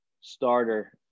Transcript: starter